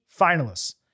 finalists